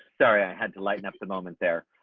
sorry, i had to lighten up the moment there.